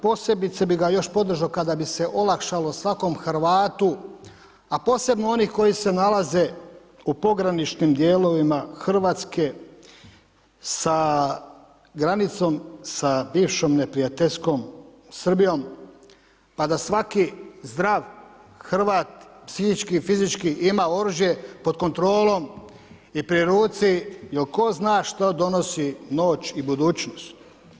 Posebice bi ga još podržao kada bi se olakšalo svakom Hrvatu, a posebno onih koji se nalaze u pograničnim dijelovima Hrvatske sa granicom sa bivšom neprijateljskom Srbijom, pa da svaki zdrav Hrvat psihički i fizički ima oružje pod kontrolom i pri ruci jer tko zna što donosi noć i budućnost.